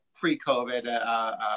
pre-COVID